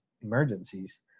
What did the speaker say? emergencies